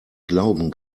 glauben